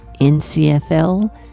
NCFL